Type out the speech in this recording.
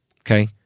okay